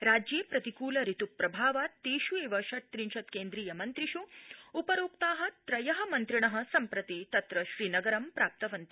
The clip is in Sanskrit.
राज्ये प्रतिकूल ऋत् प्रभावात् तेष् एव ष् प्रिंशत्केन्द्रीय मन्त्रिष् उपरोक्ता त्रय मन्त्रिण सम्प्रति तत्र श्रीनगरं प्राप्तवन्त